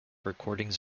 recordings